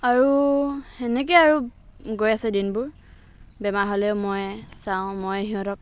আৰু সেনেকৈয়ে আৰু গৈ আছে দিনবোৰ বেমাৰ হ'লে ময়েই চাওঁ ময়েই সিহঁতক